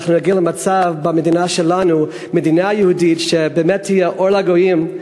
אנחנו נגיע במדינה שלנו להיות מדינה יהודית שהיא באמת אור לגויים,